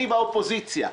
אני באופוזיציה.